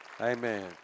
Amen